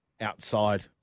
outside